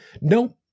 No